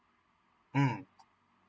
mm